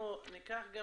אנחנו ניקח גם